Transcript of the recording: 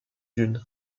dunes